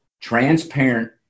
transparent